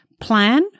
plan